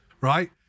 right